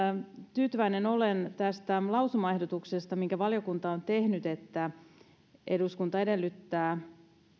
tyytyväinen olen tästä lausumaehdotuksesta minkä valiokunta on tehnyt eduskunta edellyttää